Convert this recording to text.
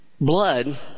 blood